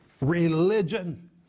religion